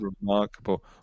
remarkable